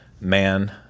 man